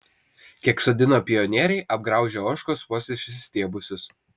kiek sodino pionieriai apgraužia ožkos vos išsistiebusius